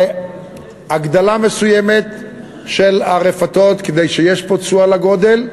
הגדלה מסוימת של הרפתות כי יש פה תשואה לגודל,